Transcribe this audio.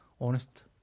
Honest